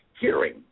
Hearing